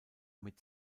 mit